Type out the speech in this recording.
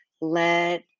let